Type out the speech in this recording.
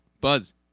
Buzz